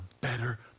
better